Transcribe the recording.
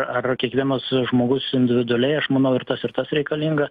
ar kiekvienas žmogus individualiai aš manau ir tas ir tas reikalinga